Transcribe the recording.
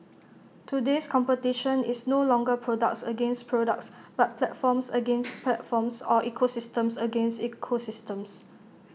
today's competition is no longer products against products but platforms against platforms or ecosystems against ecosystems